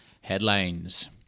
headlines